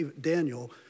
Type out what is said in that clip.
Daniel